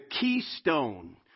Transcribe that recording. keystone